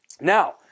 Now